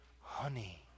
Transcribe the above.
honey